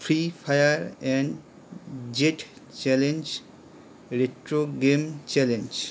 free fire and jet challenge retro game challenge